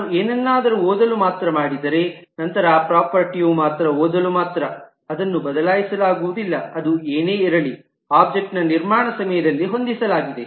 ನಾನು ಏನನ್ನಾದರೂ ಓದಲು ಮಾತ್ರ ಮಾಡಿದರೆ ನಂತರ ಆ ಪ್ರಾಪರ್ಟೀಯು ಮಾತ್ರ ಓದಲು ಮಾತ್ರ ಅದನ್ನು ಬದಲಾಯಿಸಲಾಗುವುದಿಲ್ಲ ಅದು ಏನೇ ಇರಲಿ ಒಬ್ಜೆಕ್ಟ್ಸ್ ನ ನಿರ್ಮಾಣ ಸಮಯದಲ್ಲಿ ಹೊಂದಿಸಲಾಗಿದೆ